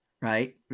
right